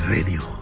Radio